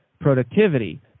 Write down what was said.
productivity